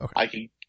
Okay